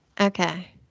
Okay